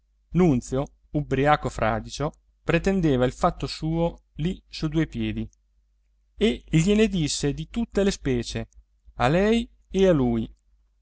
nunzio ubbriaco fradicio pretendeva il fatto suo lì su due piedi e gliene disse di tutte le specie a lei e a lui